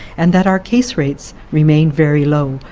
and that our case rates remained very low.